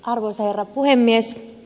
arvoisa herra puhemies